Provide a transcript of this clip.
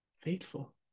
faithful